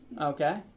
Okay